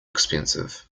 expensive